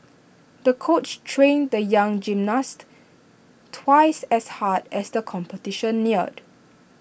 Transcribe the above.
the coach trained the young gymnast twice as hard as the competition neared